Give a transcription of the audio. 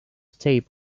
tape